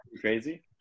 crazy